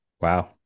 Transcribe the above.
Wow